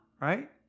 right